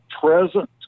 present